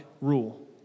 rule